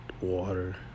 water